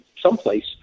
someplace